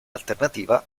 alternativa